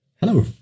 Hello